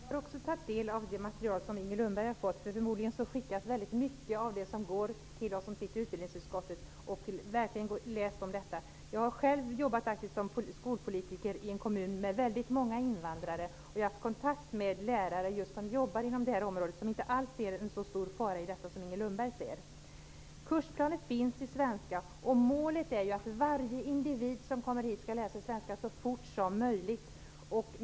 Herr talman! Jag har också tagit del av det material som Ingrid Lundberg har fått. Förmodligen skickas en hel del till oss som sitter i utskottet. Jag har själv jobbat som skolpolitiker i en kommun med många invandrare. Jag har haft kontakt med lärare som jobbar inom detta området och som inte ser en så stor fara i detta som Ingrid Lundberg. Kursplaner finns i svenska. Målet är att varje individ som kommer hit skall lära sig svenska så fort som möjligt.